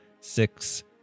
six